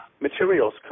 materials